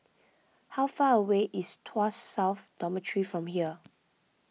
how far away is Tuas South Dormitory from here